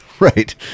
Right